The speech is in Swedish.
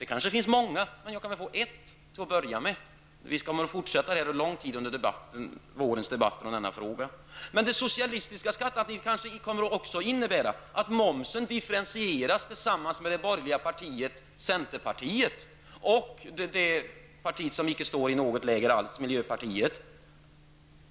Det kanske finns många skäl, men jag kan väl få ett till att börja med. Vi kommer att fortsätta att debattera denna fråga under vårens debatter. Det socialistiska skattealternativet kommer kanske också att innebära att momsen differentieras. Detta kanske kan ske tillsammans med det borgerliga centerpartiet och med det parti som inte står i något läger alls, miljöpartiet.